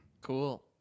Cool